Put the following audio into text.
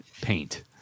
paint